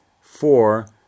Four